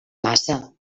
massa